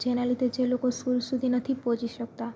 જેના લીધે જે લોકો સ્કૂલ સુધી નથી પહોંચી શકતા